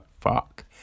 fuck